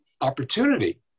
opportunity